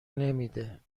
نمیده